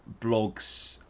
blogs